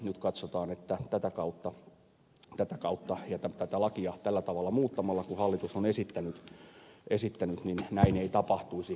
nyt katsotaan että tätä kautta ja tätä lakia tällä tavalla muuttamalla kuin hallitus on esittänyt näin ei tapahtuisi